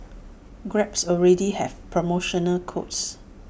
grabs already has promotional codes